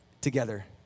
together